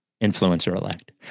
Influencer-elect